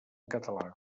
català